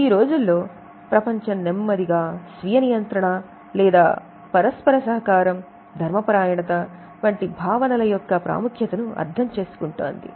ఈ రోజుల్లో ప్రపంచం నెమ్మదిగా స్వీయ నియంత్రణ లేదా పరస్పర సహకారం ధర్మ పరాయణత వంటి భావనల యొక్క ప్రాముఖ్యతను అర్థం చేసుకుంటోంది